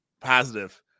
positive